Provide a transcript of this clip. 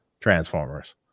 Transformers